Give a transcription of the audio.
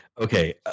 Okay